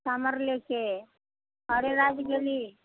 कामर लऽ कऽ अरेराज गेली